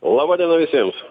laba diena visiems